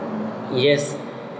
yes